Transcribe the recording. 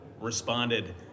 responded